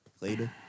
Later